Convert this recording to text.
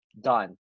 done